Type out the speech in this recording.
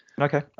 okay